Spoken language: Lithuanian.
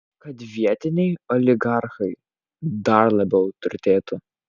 kad vietiniai oligarchai dar labiau turtėtų